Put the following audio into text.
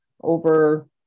over